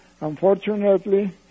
Unfortunately